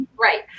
right